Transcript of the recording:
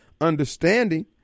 understanding